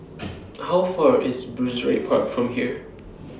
How Far IS Brizay Park from here